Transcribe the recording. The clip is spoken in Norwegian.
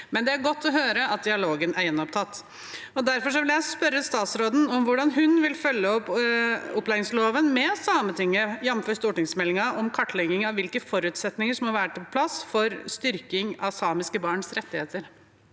men det er godt å høre at dialogen er gjenopptatt. Derfor vil jeg spørre statsråden om hvordan hun vil følge opp opplæringsloven med Sametinget, jf. stortingsmeldingen om kartlegging av hvilke forutsetninger som må være på plass for styrking av samiske barns rettigheter.